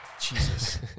Jesus